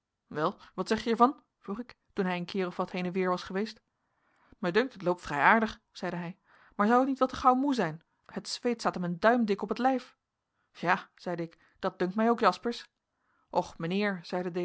wel wat zeg je er van vroeg ik toen hij een keer of wat heen en weer was geweest mij dunkt het loopt vrij aardig zeide hij maar zou het niet wat te gauw moe zijn het zweet staat hem een duim dik op het lijf ja zeide ik dat dunkt mij ook jaspersz och mijnheer